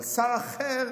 אבל שר אחר